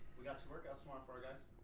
we got some workouts tomorrow for our guys.